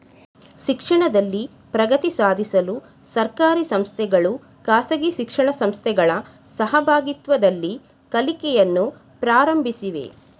ಶಿಕ್ಷಣದಲ್ಲಿ ಪ್ರಗತಿ ಸಾಧಿಸಲು ಸರ್ಕಾರಿ ಸಂಸ್ಥೆಗಳು ಖಾಸಗಿ ಶಿಕ್ಷಣ ಸಂಸ್ಥೆಗಳ ಸಹಭಾಗಿತ್ವದಲ್ಲಿ ಕಲಿಕೆಯನ್ನು ಪ್ರಾರಂಭಿಸಿವೆ